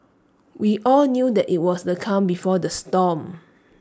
we all knew that IT was the calm before the storm